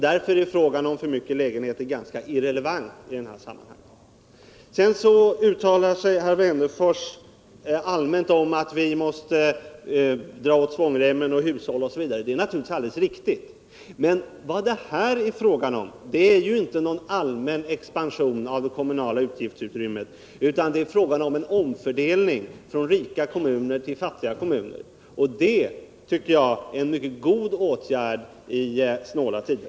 Därför är frågan om för många lägenheter ganska irrelevant i det här sammanhanget. Herr Wennerfors uttalar sig allmänt om att vi måste dra åt svångremmen och hushålla. Det är naturligtvis alldeles riktigt. Men här är det inte fråga om någon allmän expansion av det kommunala utgiftsutrymmet, utan det är en omfördelning från rika kommuner till fattiga kommuner, och det tycker jag är en mycket god åtgärd i snåla tider.